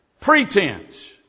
pretense